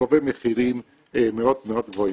גובה מחירים מאוד מאוד גבוהים.